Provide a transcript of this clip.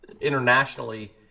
internationally